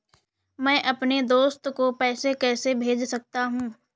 मैं अपने दोस्त को पैसे कैसे भेज सकता हूँ?